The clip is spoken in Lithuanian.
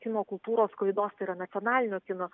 kino kultūros sklaidos ir nacionalinio kino